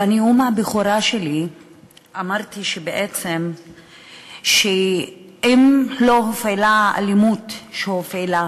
בנאום הבכורה שלי אמרתי בעצם שאם לא הייתה מופעלת האלימות שהופעלה